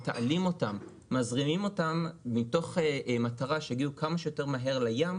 מתעלים אותם ומזרימים אותם מתוך מטרה שיגיעו כמה שיותר מהר לים,